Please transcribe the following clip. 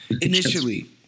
initially